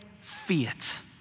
fiat